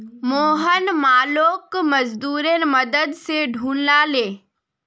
मोहन मालोक मजदूरेर मदद स ढूला ले